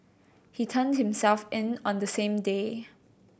he turned himself in on the same day